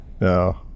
No